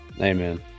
Amen